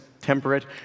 temperate